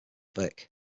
vic